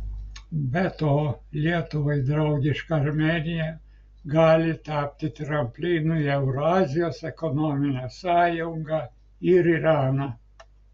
be to lietuvai draugiška armėnija gali tapti tramplinu į eurazijos ekonominę sąjungą ir iraną